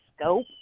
scope